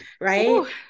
right